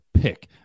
pick